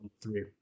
three